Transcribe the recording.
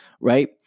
right